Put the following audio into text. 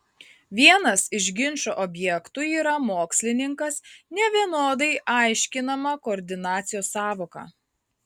vienas iš ginčo objektų yra mokslininkas nevienodai aiškinama koordinacijos sąvoka